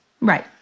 Right